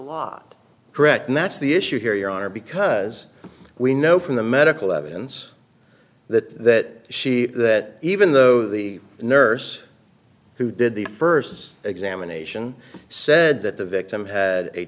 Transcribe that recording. lot correct and that's the issue here your honor because we know from the medical evidence that she that even though the nurse who did the first examination said that the victim had a